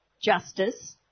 justice